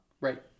Right